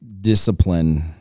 discipline